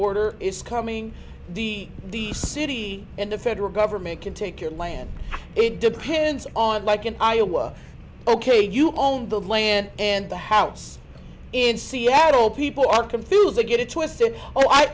order is coming the the city and the federal government can take your land it depends on like in iowa ok you own the land and the house in seattle people are confused to get it twisted oh i